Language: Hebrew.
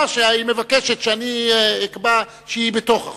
שהיא מבקשת שאני אקבע שהיא בתוך החוק.